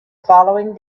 following